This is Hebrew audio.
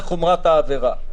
העבירה.